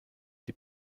die